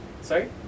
Sorry